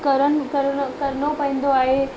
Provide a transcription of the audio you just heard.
करन करण कर करिणो पवंदो आहे